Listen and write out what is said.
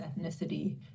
ethnicity